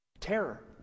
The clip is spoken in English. Terror